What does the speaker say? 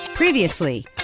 Previously